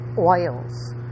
oils